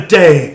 day